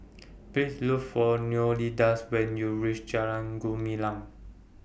Please Look For Leonidas when YOU REACH Jalan Gumilang